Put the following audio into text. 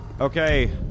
Okay